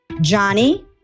Johnny